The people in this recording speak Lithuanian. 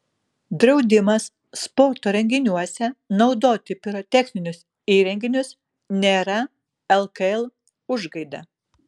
draudimas sporto renginiuose naudoti pirotechninius įrenginius nėra lkl užgaida